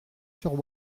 sur